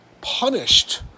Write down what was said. punished